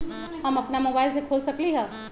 हम अपना मोबाइल से खोल सकली ह?